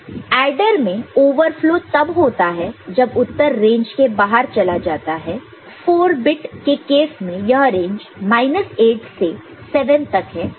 adder में overflow तब होता है जब उत्तर रेंज के बाहर चला जाता है 4 बिट के केस में यह रेंज माइनस 8 से 7 तक हैं